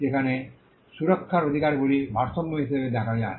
যেখানে সুরক্ষার অধিকারগুলি ভারসাম্য হিসাবে দেখা যায়